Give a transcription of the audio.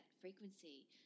frequency